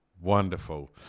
wonderful